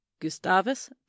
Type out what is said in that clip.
Gustavus